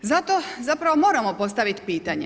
Zato zapravo moramo postaviti pitanje.